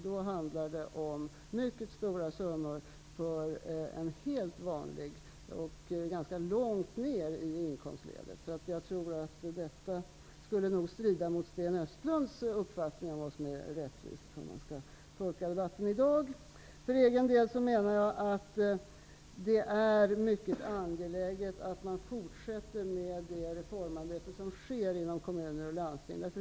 Då handlar det om mycket stora summor för en helt vanlig människa, som befinner sig ganska långt ner i inkomstledet. Jag tror att detta skulle strida mot Sten Östlunds uppfattning om vad som är rättvist. För egen del menar jag att det är mycket angeläget att man fortsätter med det reformarbete som sker inom kommuner och landsting.